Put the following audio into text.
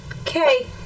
Okay